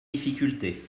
difficulté